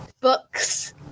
Books